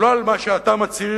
ולא על מה שאתה מצהיר,